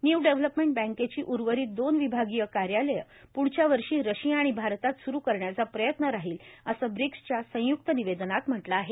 new development बँकेची उर्वरित दोन विभागीय कार्यालयं प्ढच्या वर्षी रशिया आणि भारतात स्रु करण्याचा प्रयत्न राहीलए असं ब्रिक्सच्या संय्क्त निवेदनात म्हटलं आहे